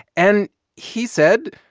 and he said,